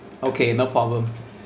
okay no problem